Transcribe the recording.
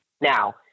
Now